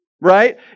Right